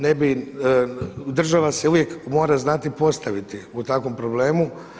Ne bi, država se uvijek mora znati postaviti u takvom problemu.